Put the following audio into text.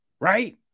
right